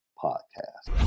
podcast